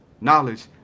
knowledge